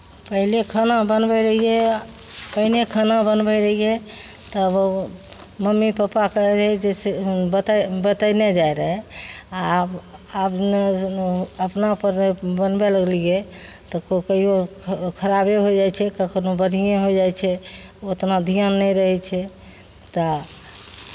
पहिले खाना बनबैत रहियै पहिने खाना बनबैत रहियै तब मम्मी पापाके रहय जे से बतै बतयने जाइत रहय आब आब अपनापर रहय बनबय लगलियै तऽ कहिओ ख खराबे होइ जाइ छै कखनहु बढ़िएँ होइ जाइ छै उतना धियान नहि रहै छै तऽ